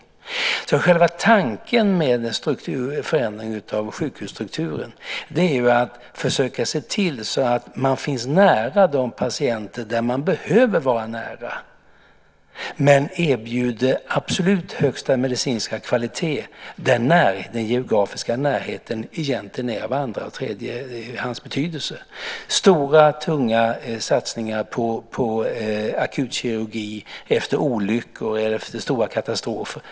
Själva tanken med en förändring av sjukhusstrukturen är ju att försöka se till så att man finns nära de patienter där man behöver vara nära, men erbjuder absolut högsta medicinska kvalitet där den geografiska närheten egentligen är av andra eller tredjehandsbetydelse, till exempel stora, tunga satsningar på akutkirurgi efter olyckor eller efter stora katastrofer.